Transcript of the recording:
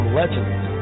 legends